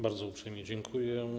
Bardzo uprzejmie dziękuję.